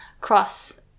cross